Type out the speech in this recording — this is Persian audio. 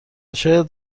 شاید